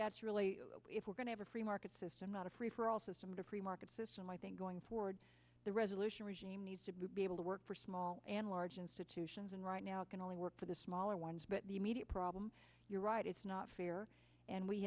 that's really if we're going to have a free market system not a free for all system to free market system i think going forward the resolution regime needs to be able to work for small and large institutions and right now can only work for the smaller ones but the immediate problem you're right it's not fair and we